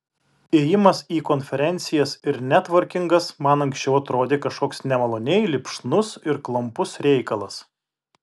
ėjimas į konferencijas ir netvorkingas man anksčiau atrodė kažkoks nemaloniai lipšnus ir klampus reikalas